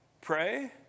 Pray